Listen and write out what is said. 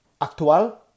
actual